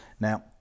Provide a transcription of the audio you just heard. Now